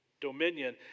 dominion